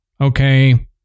Okay